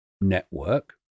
network